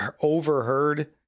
overheard